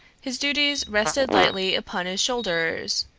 his duties rested lightly upon his shoulders,